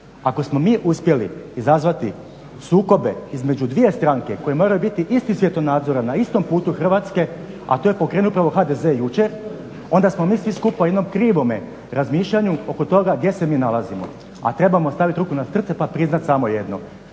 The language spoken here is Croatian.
Ako smo mi uspjeli izazvati sukobe između dvije stranke koje moraju biti istih svjetonazora, na istom putu Hrvatske, a to je pokrenuo upravo HDZ jučer onda smo mi svi skupa u jednom krivome razmišljanju oko toga gdje se mi nalazimo. A trebamo staviti ruku na srce, pa priznati samo jedno.